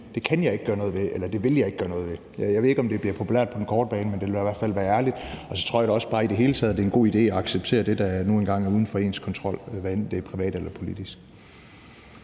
Det kan jeg ikke gøre noget ved, eller det vil jeg ikke gøre noget ved. Jeg ved ikke, om det bliver populært på den korte bane, men det ville da i hvert fald være ærligt. Og så tror jeg da også bare i det hele taget, at det er en god idé at acceptere det, der nu engang er uden for ens kontrol, hvad enten det er privat eller politisk.